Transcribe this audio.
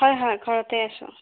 হয় হয় ঘৰতে আছোঁ